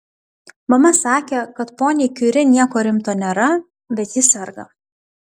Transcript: mama sakė kad poniai kiuri nieko rimto nėra bet ji serga